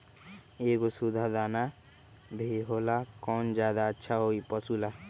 एगो सुधा दाना भी होला कौन ज्यादा अच्छा होई पशु ला?